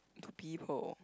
to people